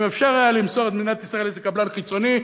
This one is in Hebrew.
אם אפשר היה למסור את מדינת ישראל לאיזה קבלן חיצוני,